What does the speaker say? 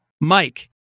Mike